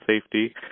safety